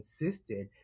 insisted